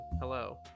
Hello